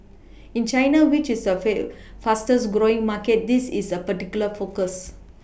in China which is surface fastest growing market this is a particular focus